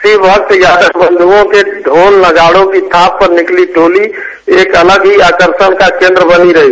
शिव भक्त यादव बंधुओ के ढोल नगाड़ों की थाप पर निकली शिवभक्तों टोली एक अलग ही आकर्षण का केंद्र बनी रही